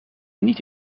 niet